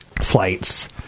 Flights